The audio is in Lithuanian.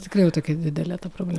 tikrai jau tokia didelė ta proble